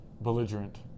belligerent